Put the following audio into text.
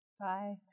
Bye